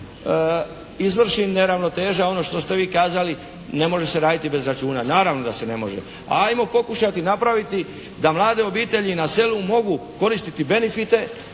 izvrši neravnoteža ono što ste vi kazali ne može se raditi bez računa. Naravno da se ne može. Ajmo pokušati napraviti da mlade obitelji na selu mogu koristiti benefite,